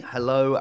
Hello